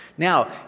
Now